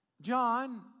John